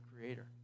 Creator